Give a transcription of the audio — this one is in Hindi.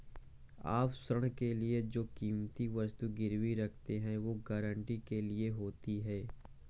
आप ऋण के लिए जो कीमती वस्तु गिरवी रखते हैं, वो गारंटी के लिए होती है